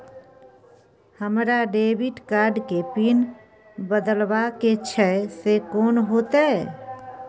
हमरा debit card के pin बदलवा के छै से कोन होतै?